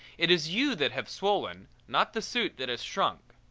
it is you that have swollen, not the suit that has shrunk.